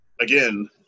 again